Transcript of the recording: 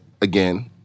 again